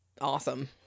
awesome